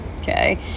okay